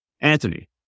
Anthony